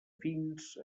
fins